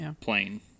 plain